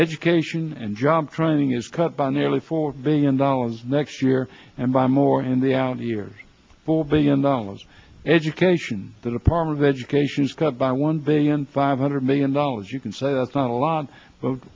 education and job training is cut by nearly four billion dollars next year and by more in the out years four billion dollars education the department of education is cut by one billion five hundred million dollars you can say that's not a lot